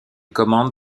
commande